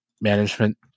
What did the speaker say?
management